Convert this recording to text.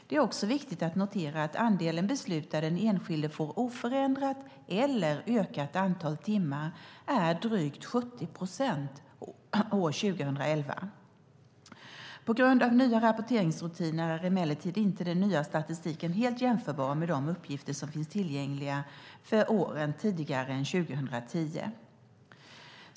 Det är också viktigt att notera att andelen beslut där den enskilde får oförändrat eller ökat antal timmar är drygt 70 procent år 2011. På grund av nya rapporteringsrutiner är emellertid inte den nya statistiken helt jämförbar med de uppgifter som finns tillgängliga för åren tidigare än år 2010.